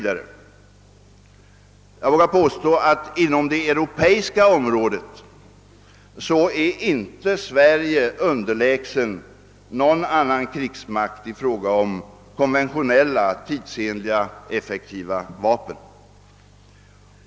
Jag vågar påstå att inom det europeiska området är inte den svenska krigsmakten underlägsen någon annan krigsmakt i fråga om tidsenliga och effektiva konventionella vapen.